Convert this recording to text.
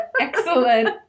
excellent